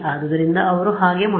ಆದ್ದರಿಂದ ಅವರು ಹಾಗೆ ಮಾಡುತ್ತಾರೆ